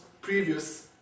previous